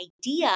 idea